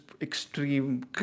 extreme